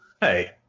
hey